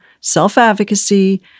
self-advocacy